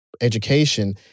education